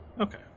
Okay